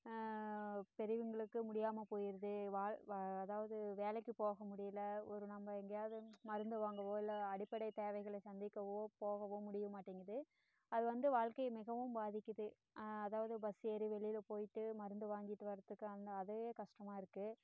பெரியவங்களுக்கு முடியாம போயிடுது வாழ் அதாவது வேலைக்கு போக முடியல ஒரு நம்ப எங்கேயாவது மருந்து வாங்கவோ இல்லை அடிப்படை தேவைகளை சந்திக்கவோ போகவோ முடிய மாட்டேங்குது அது வந்து வாழ்க்கையை மிகவும் பாதிக்குது அதாவது பஸ்ஸு ஏறி வெளியில் போயிட்டு மருந்து வாங்கிட்டு வரத்துக்கு அந்த அதுவே கஷ்டமாக இருக்குது